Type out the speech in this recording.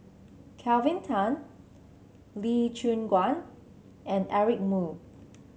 Kelvin Tan Lee Choon Guan and Eric Moo